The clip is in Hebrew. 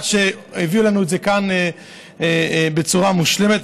עד שהביאו לנו את זה כאן בצורה מושלמת,